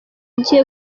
gihe